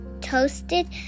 toasted